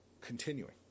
continuing